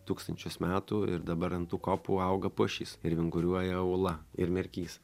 tūkstančius metų ir dabar ant tų kopų auga pušys ir vinguriuoja ūla ir merkys